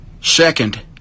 Second